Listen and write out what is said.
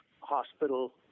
hospital